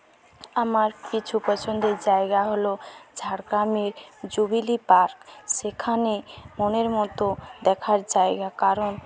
আমার কিছু পছন্দের জায়গা হল ঝাড়গ্রামের জুবিলি পার্ক সেখানে মনের মতো দেখার জায়গা কারণ